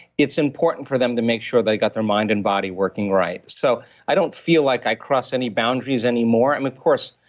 it's important for them to make sure they got their mind and body working right so i don't feel like i cross any boundaries anymore. i mean, of course,